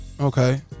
Okay